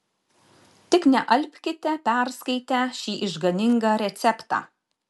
tik nealpkite perskaitę šį išganingą receptą